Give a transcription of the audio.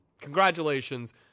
congratulations